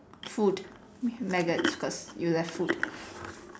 food means maggots cause you'll have food